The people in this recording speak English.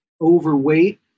overweight